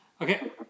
Okay